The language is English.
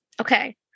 Okay